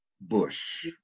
Bush